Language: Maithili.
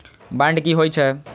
बांड की होई छै?